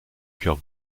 cœur